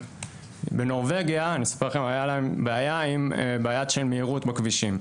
בנורבגיה הייתה להם בעיה של מהירות בכבישים.